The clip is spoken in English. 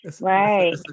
Right